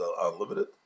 unlimited